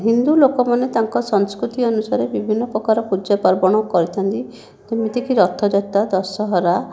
ହିନ୍ଦୁ ଲୋକମାନେ ତାଙ୍କ ସଂସ୍କୃତି ଅନୁସାରେ ବିଭିନ୍ନ ପ୍ରକାର ପୂଜା ପାର୍ବଣ କରିଥାନ୍ତି ଯେମିତିକି ରଥଯାତ୍ରା ଦଶହରା